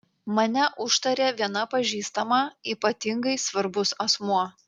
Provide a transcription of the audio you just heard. mane užtarė viena pažįstama ypatingai svarbus asmuo